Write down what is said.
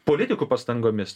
politikų pastangomis